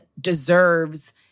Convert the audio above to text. deserves